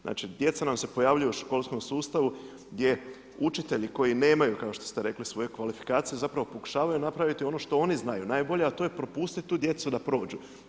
Znači, djeca nam se pojavljuju u školskom sustavu gdje učitelji koji nemaju, kao što ste rekli, svoj kvalifikacije, zapravo pokušavaju napraviti ono što oni znaju najbolje, a to je propustiti tu djecu da prođu.